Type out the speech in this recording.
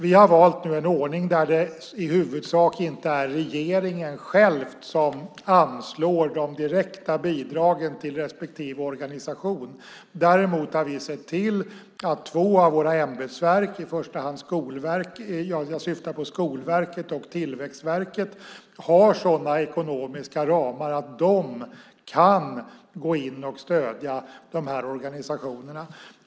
Vi har valt en ordning där det i huvudsak inte är regeringen själv som anslår de direkta bidragen till respektive organisation. Däremot har vi sett till att två av våra ämbetsverk - jag syftar på Skolverket och Tillväxtverket - har sådana ekonomiska ramar att de kan gå in och stödja dessa organisationer.